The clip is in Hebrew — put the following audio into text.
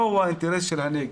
מהו האינטרס של הנגב.